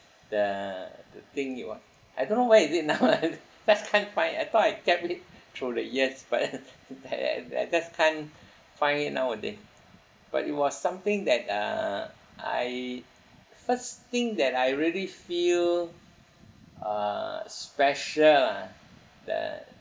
the the thing you what I don't know where is it now one just can't find it I thought I kept it through the years but but I I just can't find it nowaday but it was something that uh I first thing that I really feel uh special ah the